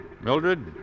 Mildred